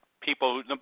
people